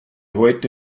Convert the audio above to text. heute